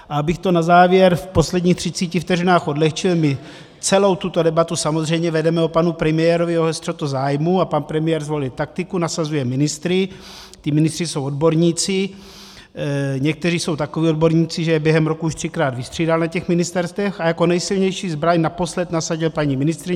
A abych to na závěr v posledních 30 vteřinách odlehčil, my celou tuto debatu samozřejmě vedeme o panu premiérovi, o jeho střetu zájmů, a pan premiér zvolil taktiku, nasazuje ministry, ti ministři jsou odborníci, někteří jsou takoví odborníci, že je během roku už třikrát vystřídal na těch ministerstvech, a jako nejsilnější zbraň naposled nasadil paní ministryni.